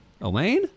Elaine